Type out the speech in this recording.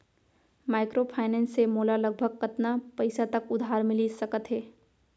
Microfinance से मोला लगभग कतना पइसा तक उधार मिलिस सकत हे?